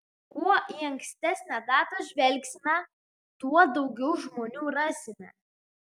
kuo į ankstesnę datą žvelgsime tuo daugiau žmonių rasime